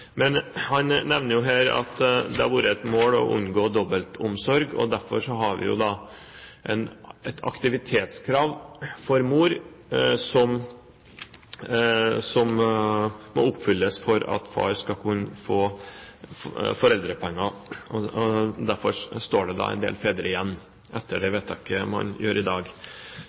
Men det var ikke det mitt spørsmål gjaldt. Han vil i så fall komme til en annen konklusjon når han gjør det. Han nevner at det har vært et mål å unngå dobbeltomsorg. Derfor har vi et aktivitetskrav for mor, som må oppfylles for at far skal kunne få foreldrepenger. Derfor står det en del fedre igjen etter vedtaket som gjøres i dag.